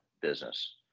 business